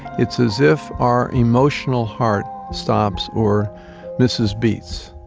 it's as if our emotional heart stops or misses beats.